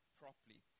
properly